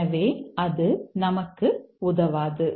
எனவே அது நமக்கு உதவாது